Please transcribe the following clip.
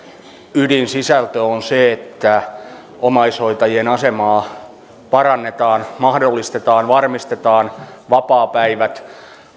ydinsisältö on se että omaishoitajien asemaa parannetaan mahdollistetaan ja varmistetaan vapaapäivät